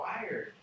wired